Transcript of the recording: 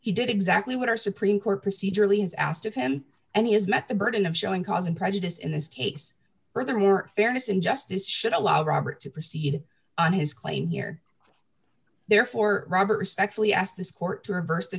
he did exactly what our supreme court procedurally has asked of him and he has met the burden of showing cause and prejudice in this case furthermore fairness and justice should allow robert to proceed on his claim here therefore robert respectfully ask this court to reverse the